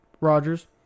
Rogers